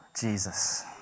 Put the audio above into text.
Jesus